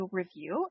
review